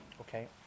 okay